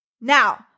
Now